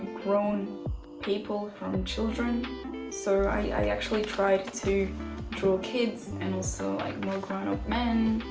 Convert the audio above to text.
grown people from children so i actually tried to draw kids and also like more grown up men,